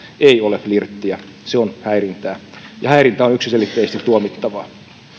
ei ole flirttiä se on häirintää häirintä on yksiselitteisesti tuomittavaa